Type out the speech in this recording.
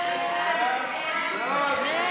של קבוצת סיעת מרצ,